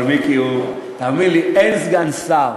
אבל מיקי הוא, תאמין לי, אין סגן שר